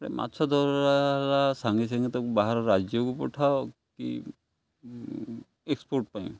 ମାଛ ଧରା ସାଙ୍ଗେ ସାଙ୍ଗେ ତାକୁ ବାହାର ରାଜ୍ୟକୁ ପଠାଅ କି ଏକ୍ସପୋର୍ଟ ପାଇଁ